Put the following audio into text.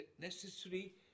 necessary